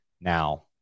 Now